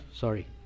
sorry